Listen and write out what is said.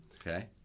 Okay